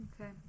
Okay